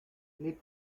les